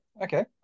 okay